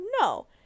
no